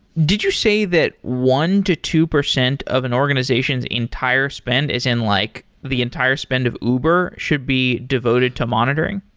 did you say that one percent to two percent of an organization's entire spend is in like the entire spend of uber should be devoted to monitoring?